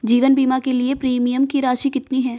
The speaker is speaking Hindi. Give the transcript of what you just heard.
जीवन बीमा के लिए प्रीमियम की राशि कितनी है?